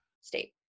state